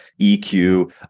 EQ